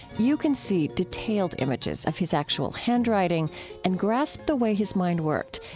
you can see detailed images of his actual handwriting and grasped the way his mind worked.